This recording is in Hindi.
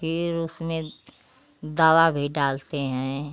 फिर उसमें दवा भी डालते हैं